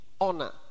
honor